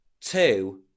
Two